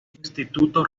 instituto